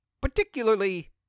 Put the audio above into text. particularly